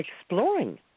exploring